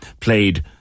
played